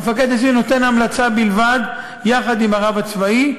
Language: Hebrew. המפקד הישיר נותן המלצה בלבד, יחד עם הרב הצבאי,